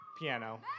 piano